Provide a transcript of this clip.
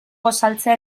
gosaltzea